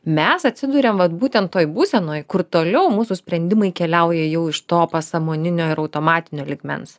mes atsiduriam vat būtent toj būsenoj kur toliau mūsų sprendimai keliauja jau iš to pasąmoninio ir automatinio lygmens